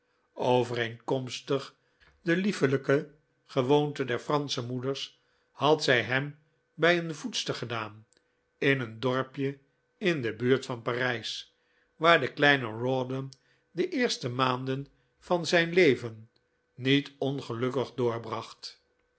overeenkomstig de liefelijke gewoonte der fransche moeders had zij hem bij een voedster gedaan in een dorpje in de buurt van parijs waar de kleine rawdon de eerste maanden van zijn leven niet ongelukkig doorbracht